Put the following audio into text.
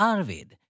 Arvid